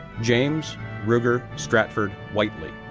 james ruger stratford whiteley,